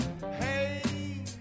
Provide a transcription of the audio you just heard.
Hey